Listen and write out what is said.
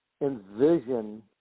envision